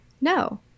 no